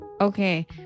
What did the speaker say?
Okay